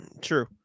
True